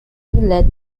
led